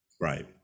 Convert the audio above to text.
right